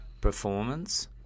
performance